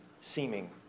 Seeming